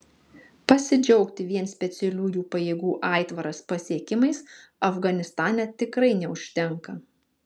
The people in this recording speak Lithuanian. pasidžiaugti vien specialiųjų pajėgų aitvaras pasiekimais afganistane tikrai neužtenka